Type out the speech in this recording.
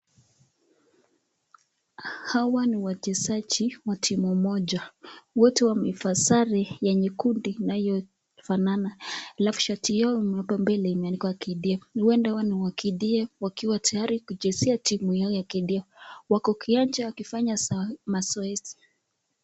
Hawa ni wachezaji wa timu moja, wote wamevaa sare ya nyekundu inayofanana, halafu shati yao hapa mbele imeandikwa KDF,huenda hawa ni wa KDF wakiwa tayari kuchezea timu yao ya KDF wako kiwanja wakifanya mazoezi.